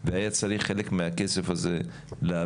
והיה צריך חלק מהכסף הזה להעביר,